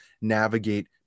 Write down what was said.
navigate